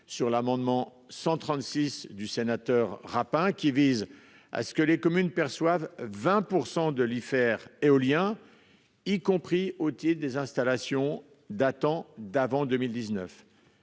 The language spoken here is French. sur l'amendement 136 du sénateur Rapin, qui vise à ce que les communes perçoivent 20% de l'IFER éolien y compris au des installations datant d'avant 2019.